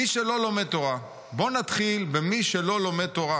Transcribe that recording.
מי שלא לומד תורה, בוא נתחיל במי שלא לומד תורה